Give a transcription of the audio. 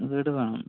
വീട് വേണം